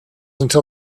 until